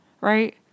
right